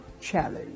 challenge